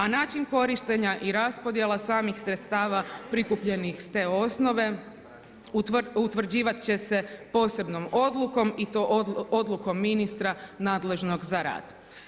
A način korištenja i raspodjela samih sredstava prikupljenih sa te osnove utvrđivati će se posebnom odlukom i to odlukom ministra nadležnog za rad.